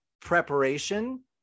preparation